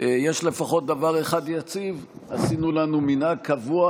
יש לפחות דבר אחד יציב: עשינו לנו מנהג קבוע